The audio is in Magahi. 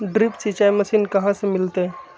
ड्रिप सिंचाई मशीन कहाँ से मिलतै?